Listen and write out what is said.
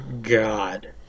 God